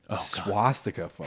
swastika